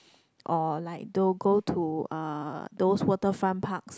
or like tho~ go to uh those waterfront parks